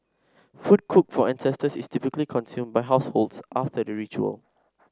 food cooked for ancestors is typically consumed by households after the ritual